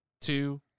two